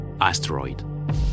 asteroid